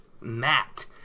Matt